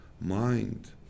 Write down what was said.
mind